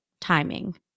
timing